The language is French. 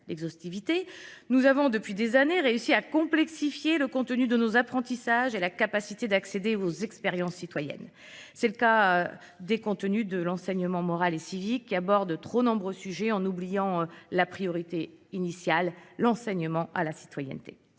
nous avons, depuis des années, réussi à complexifier le contenu de nos apprentissages et la capacité d'accéder aux expériences citoyennes. C'est le cas des contenus de l'enseignement moral et civique qui aborde trop nombreux sujets en oubliant la priorité initiale, l'enseignement à la citoyenneté.